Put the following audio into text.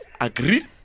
Agree